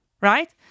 right